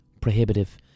prohibitive